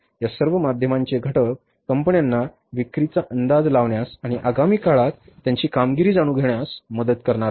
या सर्व माध्यमांचे घटक कंपन्यांना विक्रीचा अंदाज लावण्यास आणि आगामी काळात त्यांची कामगिरी जाणून घेण्यास मदत करणार आहेत